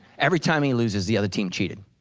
every time he loses the other team cheated.